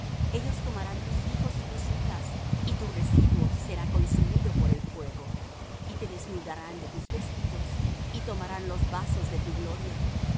ellos tomarán tus hijos y tus hijas y tu residuo será consumido por el fuego y te desnudarán de tus vestidos y tomarán los vasos de tu gloria